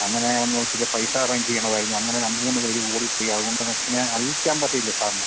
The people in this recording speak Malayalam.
അങ്ങനെ ഒന്ന് ഇച്ചിരി പൈസ അറേഞ്ച് ചെയ്യണമായിരുന്നു അങ്ങനെ രണ്ട് മൂന്ന് പേര് കൂടി ചെയ്യാവുന്നത് പിന്നെ അറിയിക്കാൻ പറ്റിയില്ല സാറിനെ